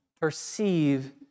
perceive